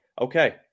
okay